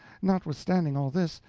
notwithstanding all this,